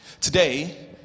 Today